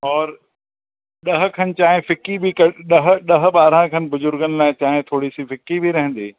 हा हा